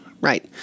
right